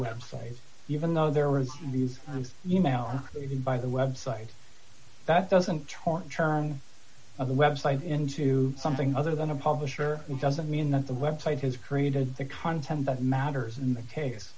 website even though there were these e mails even by the website that doesn't turn turn of the website into something other than a publisher doesn't mean that the website has created the content that matters in the case